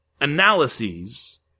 analyses